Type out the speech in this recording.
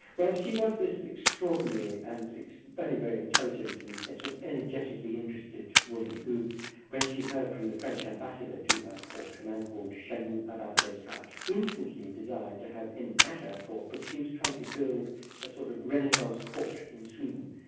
well, she was this extraordinary, and very, very intelligent and sort of energetically interested woman, who when she heard from the french ambassador to her court, a man called chanut, about descartes, she instantly desired to have him at her court. but she was trying to build a sort of renaissance court in sweden,